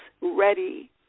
ready